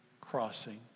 crossing